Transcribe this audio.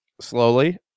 slowly